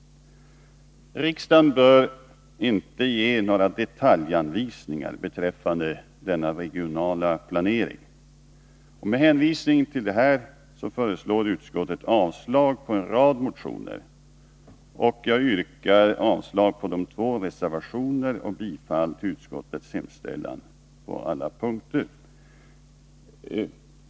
Riksdagen bör inte ge några detaljanvisningar beträffande denna regionala planering. Med hänvisning till detta föreslår utskottet avslag på en rad motioner, och jag yrkar avslag på de två reservationerna och bifall till utskottets hemställan på alla punkter.